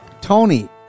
Tony